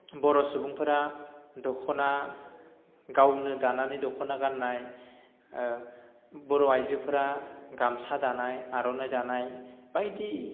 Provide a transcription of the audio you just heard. बर' सुबुंफोरा दख'ना गावनो दानानै दख'ना गाननाय बर' आइजोफोरा गामसा दानाय आर'नाइ दानाय बायदि